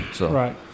Right